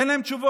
אין להם תשובות.